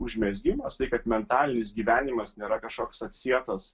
užmezgimas tai kad mentalinis gyvenimas nėra kažkoks atsietas